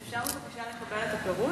אפשר בבקשה לקבל את הפירוט?